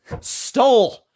stole